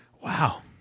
Wow